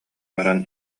баран